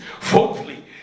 Fourthly